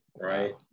right